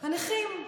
הנכים,